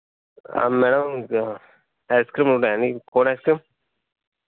madam ఇక్కడ ఐస్క్రీమ్లు ఉన్నాయా అండి కోన్ ఐస్క్రీమ్